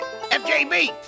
FJB